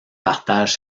partage